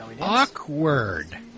awkward